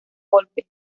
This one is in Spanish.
golpe